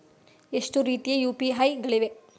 ಎಷ್ಟು ರೀತಿಯ ಯು.ಪಿ.ಐ ಗಳಿವೆ?